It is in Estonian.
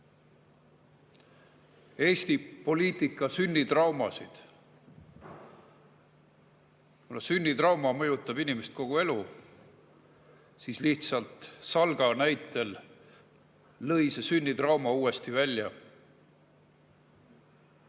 Eesti poliitika sünnitraumasid. Sünnitrauma mõjutab inimest kogu elu, lihtsalt SALK-i näitel lõi see sünnitrauma uuesti välja.